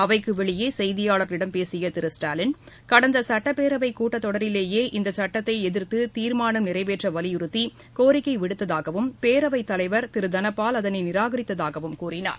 அவைக்கு வெளியே செய்தியாளர்களிடம் பேசிய திரு ஸ்டாலின் கடந்த சட்டப்பேரவை தொடரிலேயே இந்த சட்டத்தை எதிர்த்து தீர்மானம் நிறைவேற்ற வலியுறுத்தி கோரிக்கை விடுத்ததாகவும் பேரவைத் தலைவர் திரு தனபால் அதனை நிராகரித்ததாகவும் கூழினார்